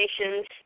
Nations